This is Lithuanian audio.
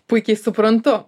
puikiai suprantu